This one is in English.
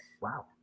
Wow